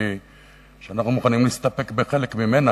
שאנחנו מוכנים להסתפק בחלק ממנה,